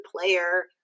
player